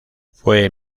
fue